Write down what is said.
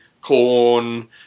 corn